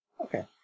Okay